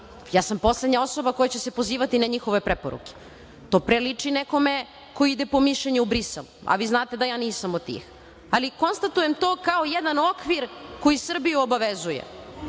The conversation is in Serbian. ja sam poslednja osoba koja će se pozivati na njihove preporuke. To pre liči nekome ko ide po mišljenje u Brisel. A vi znate da ja nisam od tih. Ali, konstatujem to kao jedan okvir koji Srbiju obavezuje.